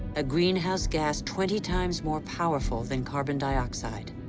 a greenhouse gas twenty times more powerful than carbon dioxide.